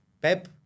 Pep